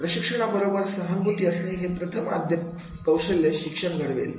प्रशिक्षणा बरोबर सहानुभूती असणे हे प्रथम आद्य कौशल्य शिक्षण घडवेल